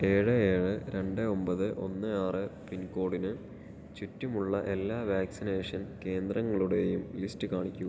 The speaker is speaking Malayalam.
ഏഴ് ഏഴ് രണ്ട് ഒമ്പത് ഒന്ന് ആറ് പിൻകോഡിന് ചുറ്റുമുള്ള എല്ലാ വാക്സിനേഷൻ കേന്ദ്രങ്ങളുടെയും ലിസ്റ്റ് കാണിക്കുക